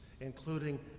including